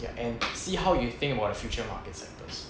ya and see how you think about the future markets sectors